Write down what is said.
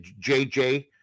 JJ